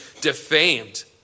defamed